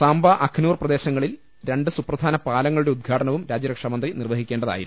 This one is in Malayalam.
സാംബ അഖ്നൂർ പ്രദേശങ്ങളിൽ രണ്ട് സുപ്രധാന പാലങ്ങളുടെ ഉദ്ഘാടനവും രാജ്യരക്ഷാ മന്ത്രി നിർവഹിക്കേണ്ടതായിരുന്നു